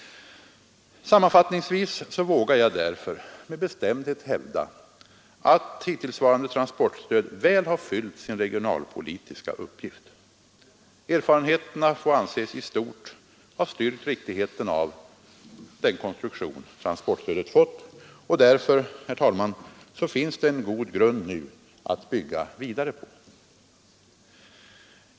Sammanfattningsvis vågar jag med bestämdhet hävda att hittillsvarande transportstöd väl har fyllt sin regionalpolitiska uppgift. Erfarenheterna får anses i stort ha styrkt riktigheten av den konstruktion transportstödet fått, och därför, herr talman, finns det nu en god grund att bygga vidare på.